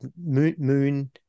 Moon